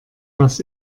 was